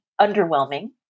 underwhelming